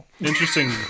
interesting